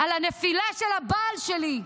על הנפילה של הבעל שלי,